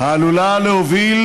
העלולה להוביל,